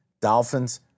Dolphins